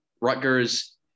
Rutgers